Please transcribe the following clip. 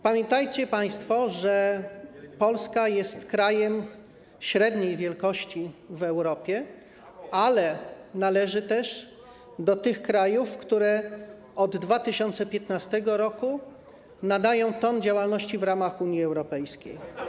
Pamiętajcie państwo, że Polska jest krajem średniej wielkości w Europie, ale należy też do tych krajów, które od 2015 r. nadają ton działalności w ramach Unii Europejskiej.